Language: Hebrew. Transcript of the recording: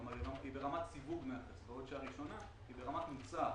כלומר היא ברמת סיווג מכס בעוד שהראשונה ברמת מוצר,